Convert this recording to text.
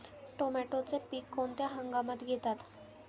टोमॅटोचे पीक कोणत्या हंगामात घेतात?